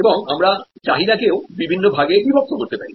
এবং আমরা চাহিদাকে বিভিন্ন ভাগে বিভক্ত করতে পারি